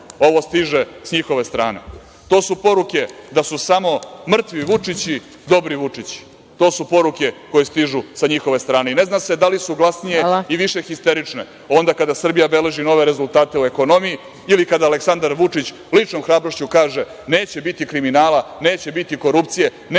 ovo stiže s njihove strane, to su poruke da su samo mrtvi Vučići dobri Vučići. To su poruke koje stižu sa njihove strane. I ne zna se da li su glasnije ili više histerične onda kada Srbija beleži nove rezultate u ekonomiji, ili kada Aleksandar Vučić ličnom hrabrošću kaže - neće biti kriminala, neće biti korupcije, neće dileri da